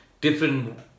different